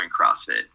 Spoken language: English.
CrossFit